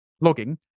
logging